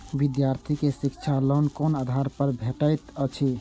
विधार्थी के शिक्षा लोन कोन आधार पर भेटेत अछि?